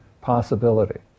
possibility